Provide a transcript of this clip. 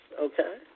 Okay